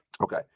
okay